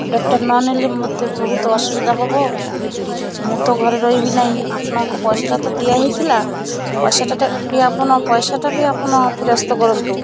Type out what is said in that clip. ଅର୍ଡ଼ର୍ଟା ନ ନେଲେ ମୋତେ ବହୁତ ଅସୁବିଧା ହବ ମୁଁ ତ ଘରେ ରହିବି ନାହିଁ ଆପଣଙ୍କ ପଇସାଟା ତ ଦିଆହୋଇଥିଲା ପଇସାଟା ବି ଆପଣ ପଇସାଟା ବି ଆପଣ ଫେରସ୍ତ କରନ୍ତୁ